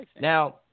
Now –